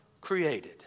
created